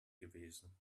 gewesen